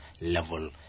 level